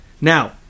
Now